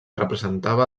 representava